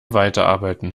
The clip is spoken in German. weiterarbeiten